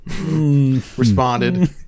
responded